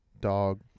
dog